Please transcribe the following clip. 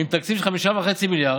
עם תקציב של 5.5 מיליארד,